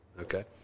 Okay